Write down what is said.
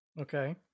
Okay